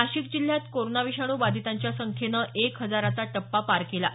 नाशिक जिल्ह्यात कोरोना विषाणू बाधितांच्या संख्येनं एक हजाराचा टप्पा पार केला आहे